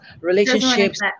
relationships